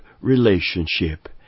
relationship